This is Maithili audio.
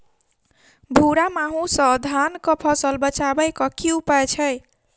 भूरा माहू सँ धान कऽ फसल बचाबै कऽ की उपाय छै?